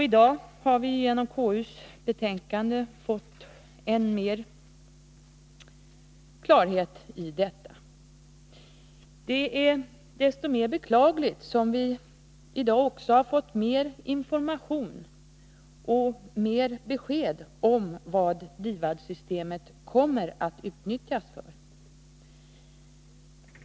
I dag har vi genom konstitutionsutskottets betänkande fått än mer klarhet i detta. Det är desto mer beklagligt som vi i dag också har fått information och mer besked om vad DIVAD-systemet kommer att utnyttjas för.